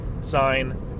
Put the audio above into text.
sign